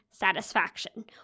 Satisfaction